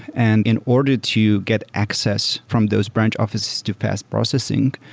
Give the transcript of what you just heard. and in order to get access from those branch offices to fast processing,